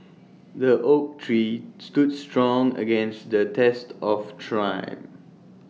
the oak tree stood strong against the test of try